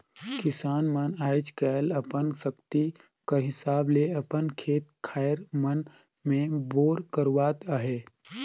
किसान मन आएज काएल अपन सकती कर हिसाब ले अपन खेत खाएर मन मे बोर करवात अहे